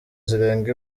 zirenga